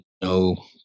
no